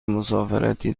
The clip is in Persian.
مسافرتی